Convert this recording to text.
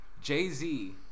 Jay-Z